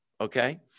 Okay